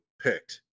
picked